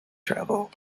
travel